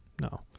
No